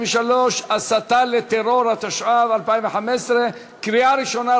123) (הסתה לטרור), התשע"ו 2015, קריאה ראשונה.